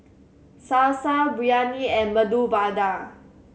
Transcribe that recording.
Salsa Biryani and Medu Vada